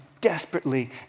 desperately